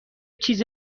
چیز